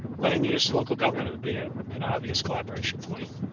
land, use local government would be ah an obvious collaboration point.